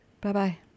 Bye-bye